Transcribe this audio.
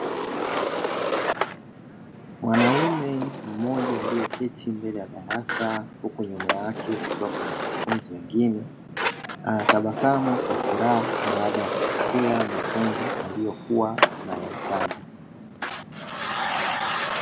Mwanaume mmoja alieketi mbele ya darasa huku nyuma yake kukiwa na wanafunzi wengine, anatabasamu kwa furaha baada ya kupokea mafunzo aliyokuwa anayahitaji.